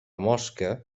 mosca